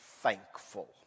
thankful